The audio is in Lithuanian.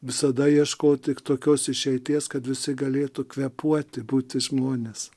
visada ieškoti tik tokios išeities kad visi galėtų kvėpuoti būti žmonės